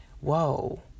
whoa